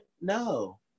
No